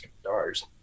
stars